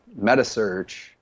metasearch